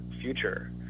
future